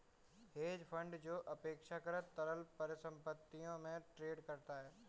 hedge fund जो अपेक्षाकृत तरल परिसंपत्तियों में ट्रेड करता है